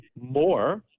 more